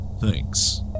Thanks